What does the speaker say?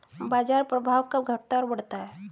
बाजार प्रभाव कब घटता और बढ़ता है?